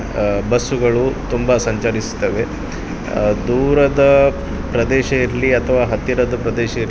ಬಸ್ಸುಗಳು ತುಂಬ ಸಂಚರಿಸ್ತವೆ ದೂರದ ಪ್ರದೇಶ ಇರಲಿ ಅಥವಾ ಹತ್ತಿರದ ಪ್ರದೇಶ ಇರಲಿ